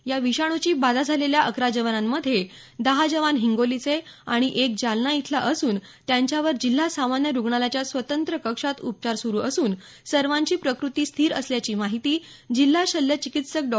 या विषाणूची बाधा झालेल्या अकरा जवानांमधे दहा जवान हिंगोलीचे आणि एक जालना इथला असून त्यांच्यावर जिल्हा सामान्य रुग्णालयाच्या स्वतंत्र कक्षात उपचार सुरु असून सर्वांची प्रक्रती स्थिर असल्याची माहिती जिल्हा शल्यचिकित्सक डॉ